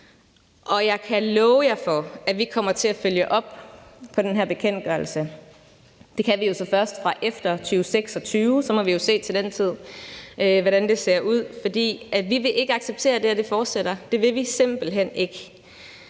Jeg kan love jer for, at vi kommer til at følge op på den her bekendtgørelse. Det kan vi så først fra efter 2026, og så må vi så se til den tid, hvordan det ser ud. For vi vil ikke acceptere, at det her fortsætter; det vil vi simpelt hen ikke!